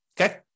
Okay